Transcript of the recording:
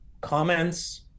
comments